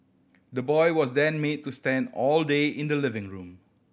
the boy was then made to stand all day in the living room